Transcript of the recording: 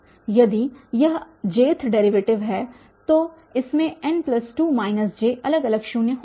यदी यह jth derivative है तो इसमें n2 j अलग अलग शून्य होंगे